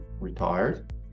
retired